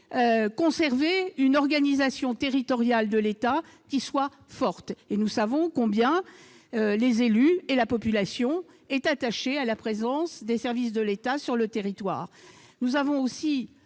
conserver une organisation territoriale de l'État forte. Nous savons combien les élus et la population sont attachés à la présence des services de l'État sur le territoire.